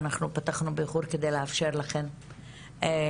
ואנחנו פתחנו באיחור כדי לאפשר לכם להגיע,